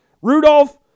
Rudolph